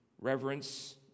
reverence